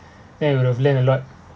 that we would have learnt a lot